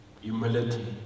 humility